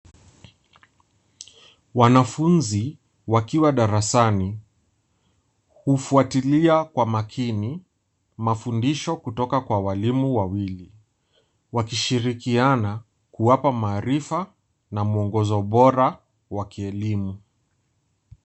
Wanafunzi, wakiwa darasani, hufuatilia kwa makini mafundisho kutoka kwa walimu wawili, wakishirikiana kuwapa maarifa na muongozo bora wakielimu.